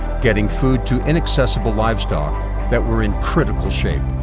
getting food to inaccessible livestock that were in critical shape.